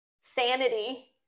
sanity